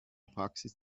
praxis